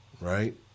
right